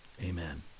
Amen